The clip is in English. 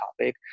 topic